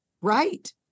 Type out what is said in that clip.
right